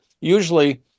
usually